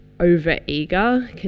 over-eager